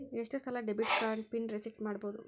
ಎಷ್ಟ ಸಲ debit card pin reset ಮಾಡಬೋದು